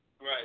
Right